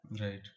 Right